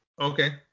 okay